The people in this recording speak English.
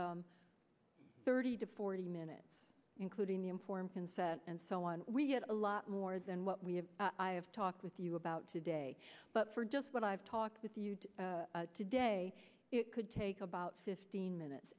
about thirty to forty minutes including the informed consent and so on we have a lot more than what we have i have talked with you about today but for just what i've talked with you today it could take about fifteen minutes